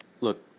Look